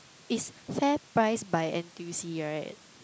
is FairPrice by N_T_U_C right